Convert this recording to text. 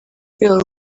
rwego